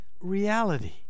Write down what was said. reality